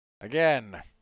Again